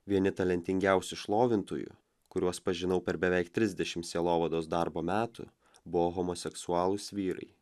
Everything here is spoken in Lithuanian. vieni talentingiausių šlovintojų kuriuos pažinau per beveik trisdešimt sielovados darbo metų buvo homoseksualūs vyrai